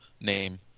name